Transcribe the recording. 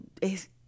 es